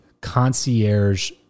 concierge